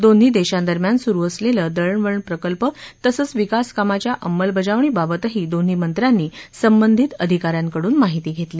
दोन्ही देशांदरम्यान सुरु असलेलं दळणवळण प्रकल्प तसंच विकासकामाच्या अंमलबजावणी बाबतही दोन्ही मंत्र्यांनी संबंधित अधिका यांकडून माहिती घेतली